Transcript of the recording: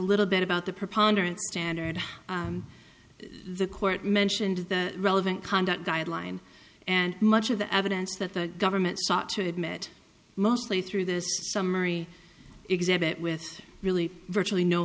little bit about the preponderance standard the court mentioned the relevant conduct guideline and much of the evidence that the government sought to admit mostly through this summary exhibit with really virtually no